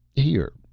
here,